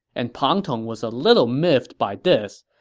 and pang tong was a little miffed by this.